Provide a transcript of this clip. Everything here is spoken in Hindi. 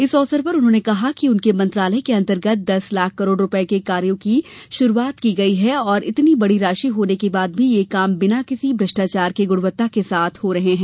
इस अवसर पर उन्होंने कहा कि उनके मंत्रालय के अंतर्गत दस लाख करोड़ रूपयों के कामों की शुरूआत की गई है और इतनी बड़ी राशि होने के बाद भी यह काम बिना किसी भ्रष्टाचार के गुणवत्ता के साथ हो रहे हैं